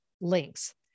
links